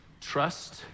trust